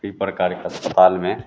कई प्रकार का अस्पताल में